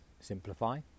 simplify